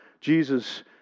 Jesus